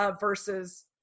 versus